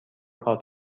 کارت